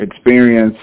experience